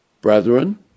Brethren